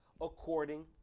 According